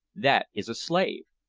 that is a slave.